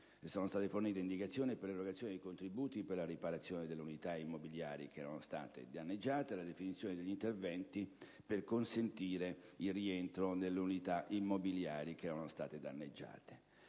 sono state fornite indicazioni per l'erogazione di contributi per la riparazione delle unità immobiliari che erano state danneggiate e la definizione degli interventi per consentire il rientro nelle unità immobiliari che erano state danneggiate.